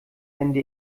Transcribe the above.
ndr